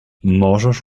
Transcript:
możesz